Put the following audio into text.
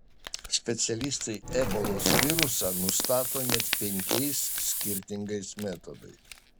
specialistai ebolos virusą nustato net penkiais skirtingais metodais